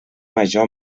major